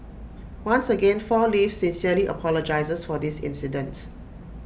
once again four leaves sincerely apologises for this incident